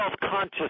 self-conscious